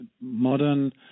modern